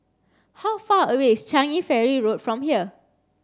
how far away is Changi Ferry Road from here